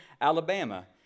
Alabama